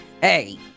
hey